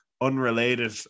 unrelated